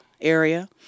area